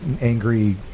angry